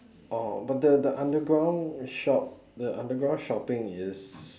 oh but the the underground shop the underground shopping is